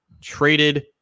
traded